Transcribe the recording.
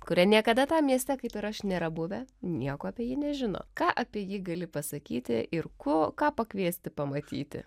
kurie niekada tam mieste kaip ir aš nėra buvę nieko apie jį nežino ką apie jį gali pasakyti ir ko ką pakviesti pamatyti